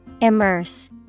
Immerse